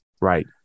Right